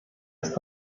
ist